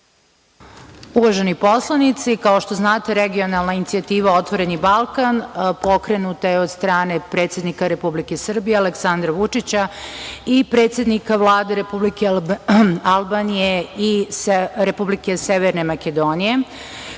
Uvaženi poslanici, kao što znate, regionalna inicijativa "Otvoreni Balkan" pokrenuta je od strane predsednika Republike Srbije Aleksandra Vučića i predsednika Vlade Republike Albanije i Republike Severne Makedonije,